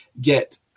get